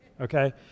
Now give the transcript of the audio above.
okay